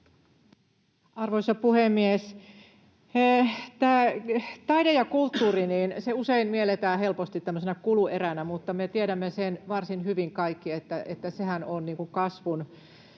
Arvoisa puhemies! Taide ja kulttuuri usein mielletään helposti tämmöisenä kulueränä, mutta me tiedämme sen varsin hyvin kaikki, että sehän on kasvun